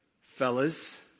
fellas